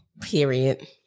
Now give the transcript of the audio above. Period